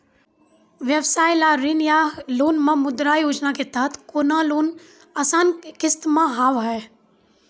व्यवसाय ला ऋण या लोन मे मुद्रा योजना के तहत कोनो लोन आसान किस्त मे हाव हाय?